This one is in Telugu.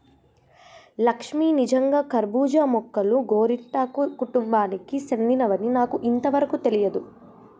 లక్ష్మీ నిజంగా కర్బూజా మొక్కలు గోరింటాకు కుటుంబానికి సెందినవని నాకు ఇంతవరకు తెలియదు